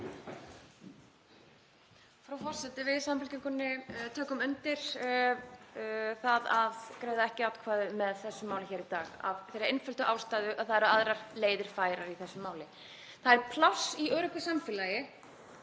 Frú forseti. Við í Samfylkingunni tökum undir það að greiða ekki atkvæði með þessu máli hér í dag af þeirri einföldu ástæðu að það eru aðrar leiðir færar í þessu máli. Það er pláss í öruggu samfélagi